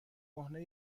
کهنه